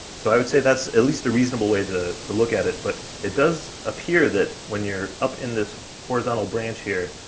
so i would say that's at least a reasonable way to to look at it, but it does appear that when you're up in this horizontal branch here,